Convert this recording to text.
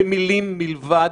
במילים בלבד,